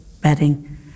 bedding